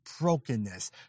brokenness